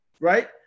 right